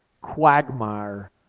quagmire